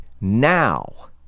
Now